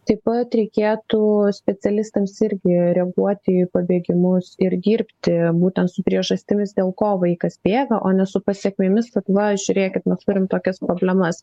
taip pat reikėtų specialistams irgi reaguoti į pabėgimus ir dirbti būtent su priežastimis dėl ko vaikas bėga o ne su pasekmėmis kad va žiūrėkit mes turime tokias problemas